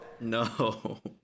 No